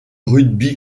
rugby